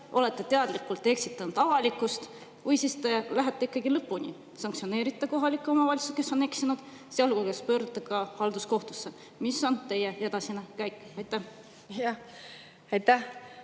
olete teadlikult eksitanud avalikkust, või siis lähete ikkagi lõpuni, sanktsioneerite kohalikke omavalitsusi, kes on eksinud, sealhulgas pöördute halduskohtusse? Mis on teie edasine käik? Jah,